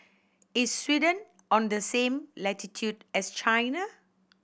is Sweden on the same latitude as China